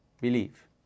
believe